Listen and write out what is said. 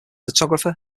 photographer